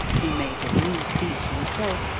he made a new speech himself,